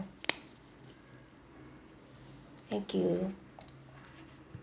thank you